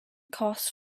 costs